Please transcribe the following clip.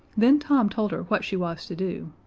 then tom told her what she was to do.